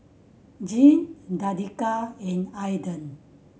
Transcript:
Jean Danica and Aaden